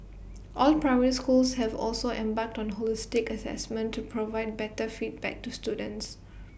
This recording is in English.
all primary schools have also embarked on holistic Assessment to provide better feedback to students